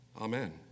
Amen